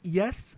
yes